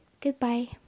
goodbye